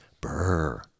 Brr